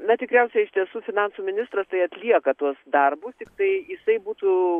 na tikriausiai iš tiesų finansų ministras tai atlieka tuos darbus tiktai jisai būtų